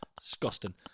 Disgusting